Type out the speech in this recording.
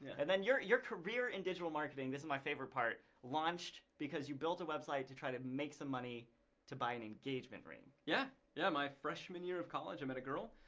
and then your your career in digital marketing, this is my favorite part, launched because you built a website to try to make some money to buy an engagement ring. yeah yeah my freshman year of college, i met a girl,